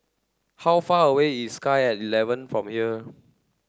how far away is Sky at Eleven from here